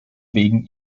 wegen